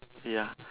ya